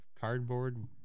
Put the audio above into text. cardboard